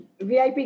VIP